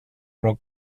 pro